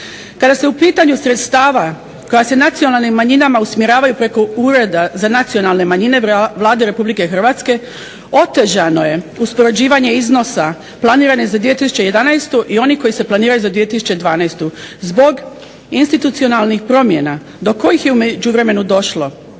Kada se u pitanju sredstava koja se nacionalnim manjinama usmjeravaju preko Ureda za nacionalne manjine Vlade Republike Hrvatske otežano je uspoređivanje iznosa planiranih za 2011. i onih koji se planiraju za 2012. zbog institucionalnih promjena do kojih je u međuvremenu došlo.